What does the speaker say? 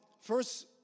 first